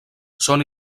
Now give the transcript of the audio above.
són